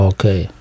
Okay